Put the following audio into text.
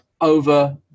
over